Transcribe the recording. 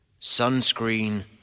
sunscreen